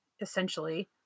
essentially